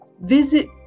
visit